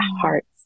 hearts